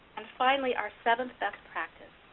and finally, our seventh best practice,